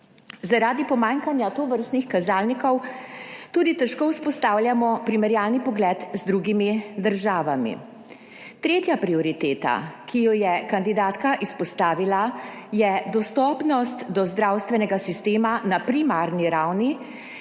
Zaradi pomanjkanja tovrstnih kazalnikov tudi težko vzpostavljamo primerjalni pogled z drugimi državami. Tretja prioriteta, ki jo je kandidatka izpostavila je dostopnost do zdravstvenega sistema na primarni ravni